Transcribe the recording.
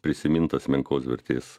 prisimintas menkos vertės